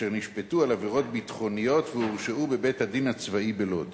אשר נשפטו על עבירות ביטחוניות והורשעו בבית-הדין הצבאי בלוד,